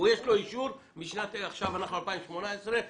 יש לו אישור משנת 2009 ואנחנו עכשיו ב-2018.